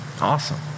Awesome